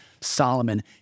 Solomon